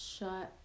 Shut